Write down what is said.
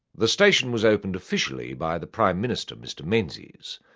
the station was opened officially by the prime minister, mr menzies.